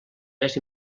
més